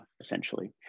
essentially